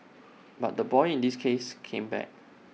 but the boy in this case came back